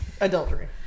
Adultery